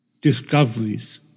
discoveries